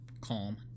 calm